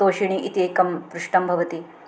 तोषिणी इति एकं पृष्ठं भवति